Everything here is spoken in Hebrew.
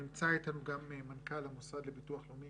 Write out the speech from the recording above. נמצא איתנו גם מנכ"ל המוסד לביטוח לאומי,